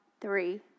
three